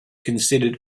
considered